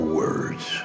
words